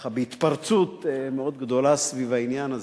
ככה בהתפרצות מאוד גדולה סביב העניין הזה.